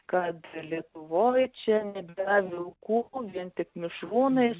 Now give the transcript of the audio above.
kad lietuvoj čia nebėra vilkų vien tik mišrūnais